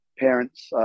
Parents